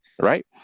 right